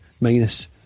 minus